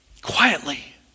quietly